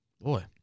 Boy